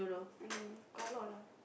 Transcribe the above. I don't know got a lot lah